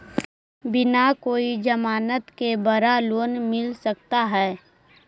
बिना कोई जमानत के बड़ा लोन मिल सकता है?